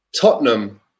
tottenham